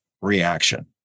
reaction